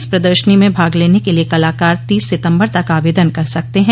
इस प्रदर्शनी में भाग लेने के लिए कलाकार तीस सितम्बर तक आवेदन कर सकते हैं